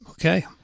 Okay